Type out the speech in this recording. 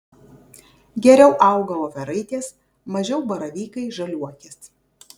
geriau auga voveraitės mažiau baravykai žaliuokės